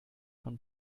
von